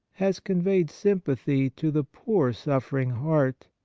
has conveyed sympathy to the poor suffering heart,